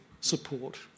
support